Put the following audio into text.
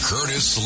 Curtis